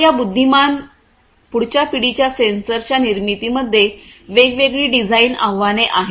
तर या बुद्धिमान पुढच्या पिढीच्या सेन्सरच्या निर्मितीमध्ये वेगवेगळी डिझाइन आव्हाने आहेत